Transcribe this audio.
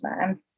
man